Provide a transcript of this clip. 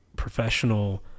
professional